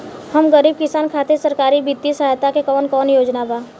हम गरीब किसान खातिर सरकारी बितिय सहायता के कवन कवन योजना बा?